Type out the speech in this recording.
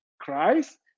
Christ